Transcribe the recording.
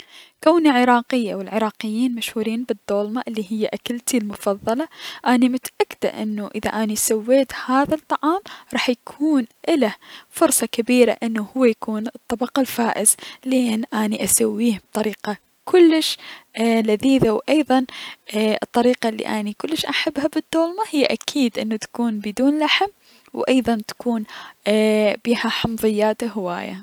كوني عراقية و العراقيين مشهورين بالدولمة الي هي اكلتي المفضلة، اني متأكدة انو اذا اني سويت هذا الطعام، راح يكون اله فرصة كبيرة انو يكون هو الطبق الفايز لأن اني اسويه بطريقة اي-كلش لذيذة و ايضا اي- الطريقة الي اني كلش احبها بالدولمة هي اكيد انو تكون بدون لحم و ايضا تكون اي- بيها حمضيات هواية.